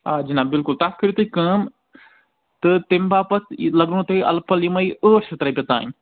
آ جِناب بلکُل تَتھ کٔرِو تُہۍ کٲم تہٕ تَمہِ باپتھ یہِ لگنَو تۄہہِ اَلہٕ پل یِمَے ٲٹھ شتھ رۄپیہِ تانۍ